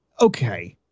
okay